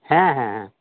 হ্যাঁ হ্যাঁ হ্যাঁ